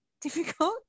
difficult